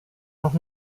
noch